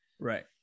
Right